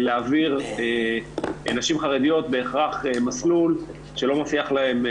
להעביר נשים חרדיות בהכרח מסלול שלא מבטיח להן